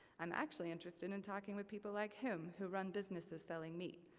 i'm actually interested in talking with people like him, who run businesses selling meat.